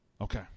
Okay